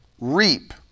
reap